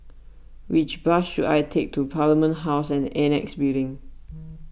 which bus should I take to Parliament House and Annexe Building